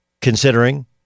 Considering